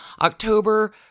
October